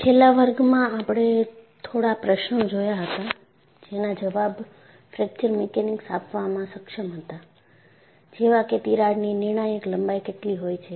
છેલ્લા વર્ગમાં આપણે થોડા પ્રશ્નો જોયા હતા જેના જવાબ ફ્રેક્ચર મિકેનિક્સ આપવામાં સક્ષમ હતાજેવા કે તિરાડની નિર્ણાયક લંબાઈ કેટલી હોય છે